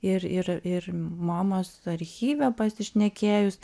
ir ir ir momos archyve pasišnekėjus